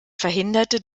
verhinderte